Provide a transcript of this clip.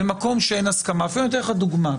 במקום שאין הסכמה ואני אפילו אתן לך דוגמה,